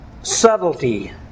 subtlety